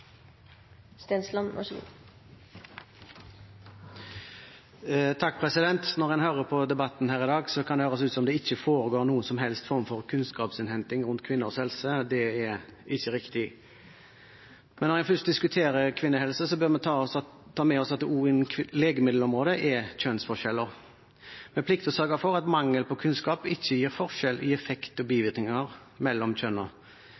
Når en hører på debatten her i dag, kan det høres ut som om det ikke foregår noen som helst form for kunnskapsinnhenting rundt kvinners helse. Det er ikke riktig. Når vi først diskuterer kvinnehelse, bør vi også ta med oss at det innen legemiddelområdet er kjønnsforskjeller. Vi plikter å sørge for at mangel på kunnskap ikke gir forskjell i effekt og bivirkninger mellom